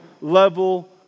level